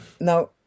Now